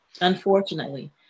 unfortunately